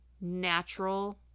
natural